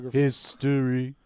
history